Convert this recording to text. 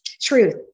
truth